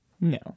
No